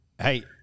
Hey –